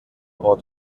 ort